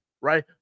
right